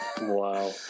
Wow